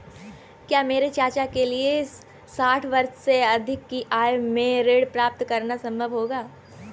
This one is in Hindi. क्या मेरे चाचा के लिए साठ वर्ष से अधिक की आयु में ऋण प्राप्त करना संभव होगा?